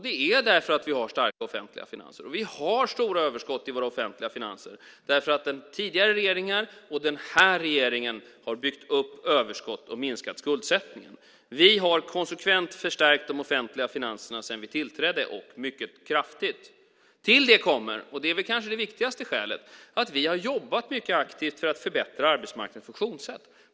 Det är för att vi har starka offentliga finanser. Vi har stora överskott i våra offentliga finanser för att tidigare regeringar och den här regeringen har byggt upp överskott och minskat skuldsättningen. Vi har konsekvent förstärkt de offentliga finanserna sedan vi tillträdde och det mycket kraftigt. Till det kommer, och det är väl kanske det viktigaste skälet, att vi har jobbat mycket aktivt för att förbättra arbetsmarknadens funktionssätt.